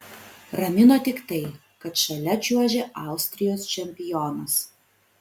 ramino tik tai kad šalia čiuožė austrijos čempionas